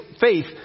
faith